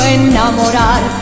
enamorar